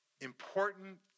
important